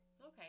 Okay